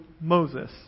Moses